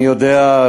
אני יודע,